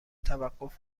توقف